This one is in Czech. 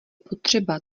potřeba